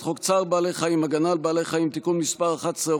חוק צער בעלי חיים (הגנה על בעלי חיים) (תיקון מס' 11,